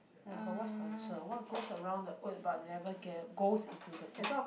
oh my god what's the answer what goes around the wood but never get goes into the wood